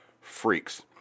Freaks